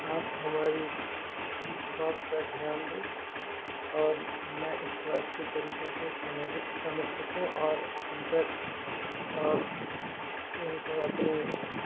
آپ ہماری اس بات پہ دھیان دو اور میں اس کو اچھی طریقہ سے سمجھ سمجھ سکوں اور ان پہ اور اس ان کو اپنی